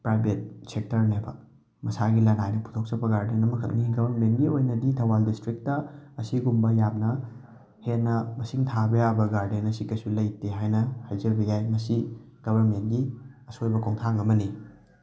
private ꯁꯦꯛꯇꯔꯅꯦꯕ ꯃꯁꯥꯒꯤ ꯂꯅꯥꯏꯅ ꯄꯨꯊꯣꯛꯆꯕ ꯒꯥꯔꯗꯦꯟ ꯑꯃꯈꯛꯅꯤ ꯒꯕꯔꯃꯦꯟꯒꯤ ꯑꯣꯏꯅꯗꯤ ꯊꯧꯕꯥꯜ ꯗꯤꯁꯇ꯭ꯔꯤꯛꯇ ꯑꯁꯤꯒꯨꯝꯕ ꯌꯥꯝꯅ ꯍꯦꯟꯅ ꯃꯁꯤꯡ ꯊꯥꯕ ꯌꯥꯕ ꯒꯥꯔꯗꯦꯟ ꯑꯁꯤ ꯀꯩꯁꯨ ꯂꯩꯇꯦ ꯍꯥꯏꯅ ꯍꯥꯏꯖꯕ ꯌꯥꯏ ꯃꯁꯤ ꯒꯕꯔꯃꯦꯟꯒꯤ ꯑꯁꯣꯏꯕ ꯈꯣꯡꯊꯥꯡ ꯑꯃꯅꯤ